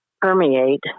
permeate